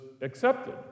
accepted